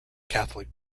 catholic